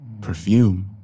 Perfume